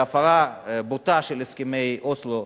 בהפרה בוטה של הסכמי אוסלו,